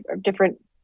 different